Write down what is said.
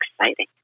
exciting